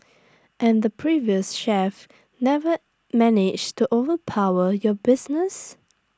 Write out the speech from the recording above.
and the previous chef never managed to overpower your business